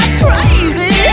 crazy